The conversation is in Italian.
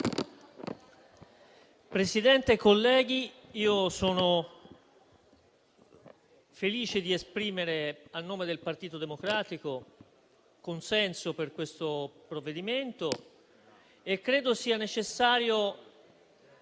Presidente, colleghi, sono felice di esprimere, a nome del Partito Democratico, consenso per questo provvedimento e credo sia necessario